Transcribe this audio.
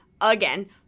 again